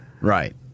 Right